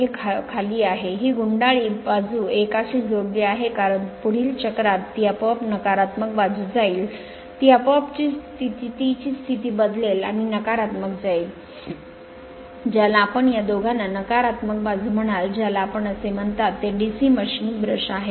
हे खाली आहे ही गुंडाळी बाजू एकाशी जोडलेली आहे कारण पुढील चक्रात ती आपोआप नकारात्मक बाजूस जाईल ती आपोआप तीची स्थिती बदलेल आणि नकारात्मक कडे जाईल ज्याला आपण या दोघांना नकारात्मक बाजू म्हणाल ज्याला आपण असे म्हणतात ते DC मशीन ब्रश आहेत